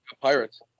pirates